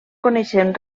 coneixem